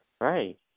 Right